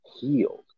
healed